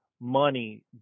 money